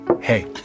hey